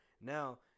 now